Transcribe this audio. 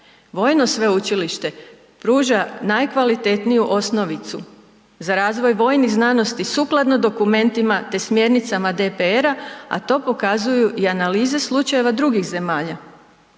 Vojno sveučilište pruža najkvalitetniju osnovicu za razvoj vojnih znanosti sukladno dokumentima te smjernicama DPR-a, a to pokazuju i analize slučajeva drugih zemalja.